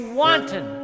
wanton